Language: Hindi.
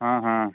हाँ हाँ